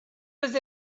was